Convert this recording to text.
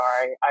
sorry